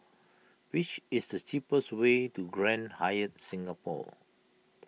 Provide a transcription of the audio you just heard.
which is the cheapest way to Grand Hyatt Singapore